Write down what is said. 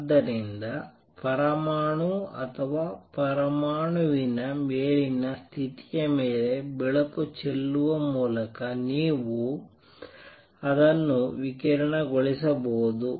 ಆದ್ದರಿಂದ ಪರಮಾಣು ಅಥವಾ ಪರಮಾಣುವಿನ ಮೇಲಿನ ಸ್ಥಿತಿಯ ಮೇಲೆ ಬೆಳಕು ಚೆಲ್ಲುವ ಮೂಲಕ ನೀವು ಅದನ್ನು ವಿಕಿರಣಗೊಳಿಸಬಹುದು